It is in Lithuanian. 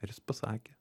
ir jis pasakė